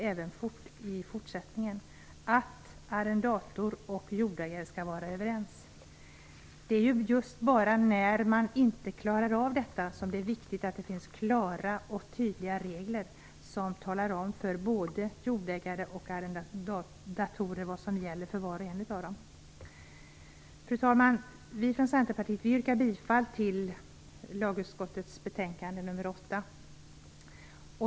Även i fortsättningen gäller att arrendator och jordägare skall vara överens. Det är bara när man inte klarar av detta som det är viktigt att det finns klara och tydliga regler som talar om för både jordägare och arrendatorer vad som gäller för var och en av dem. Fru talman! Vi från Centerpartiet yrkar bifall till hemställan i lagutskottets betänkande 8.